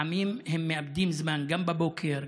לפעמים הם מאבדים זמן גם בבוקר,